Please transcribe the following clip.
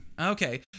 Okay